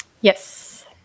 Yes